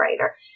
writer